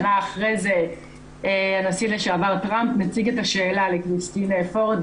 שנה אחרי זה הנשיא לשעבר טראמפ מציג את השאלה לכריסטינה פורד,